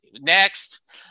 next